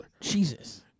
Jesus